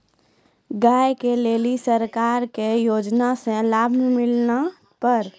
गाय ले ली सरकार के योजना से लाभ मिला पर?